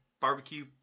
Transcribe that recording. barbecue